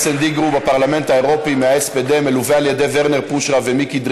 התשע"ח 2017, לוועדת החוקה, חוק ומשפט נתקבלה.